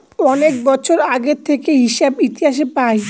অনেক বছর আগে থেকে হিসাব ইতিহাস পায়